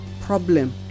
problem